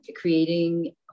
creating